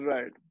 Right